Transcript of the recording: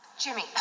jimmy